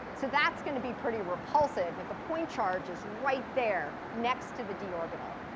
so that's going to be pretty repulsive. the point charge is right there next to the d orbital.